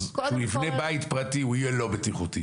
אז כשהיא תבנה בית פרטי היא לא תהיה בטיחותית?